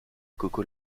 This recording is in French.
coco